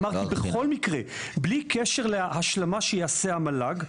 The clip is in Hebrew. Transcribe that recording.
אמרתי בכל מקרה, בלי קשר להשלמה שיעשה המל"ג.